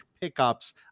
pickups